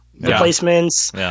replacements